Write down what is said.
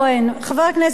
חבר הכנסת שטרית,